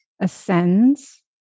ascends